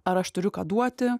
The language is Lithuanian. ar aš turiu ką duoti